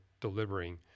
delivering